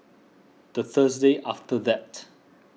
the Thursday after that